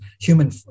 human